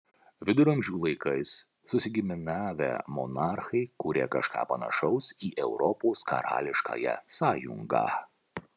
viduramžių laikais susigiminiavę monarchai kūrė kažką panašaus į europos karališkąją sąjungą